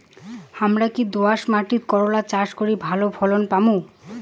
হামরা কি দোয়াস মাতিট করলা চাষ করি ভালো ফলন পামু?